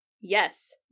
yes